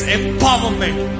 empowerment